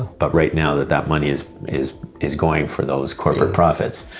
but right now, that that money is is is going for those corporate profits.